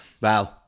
wow